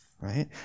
Right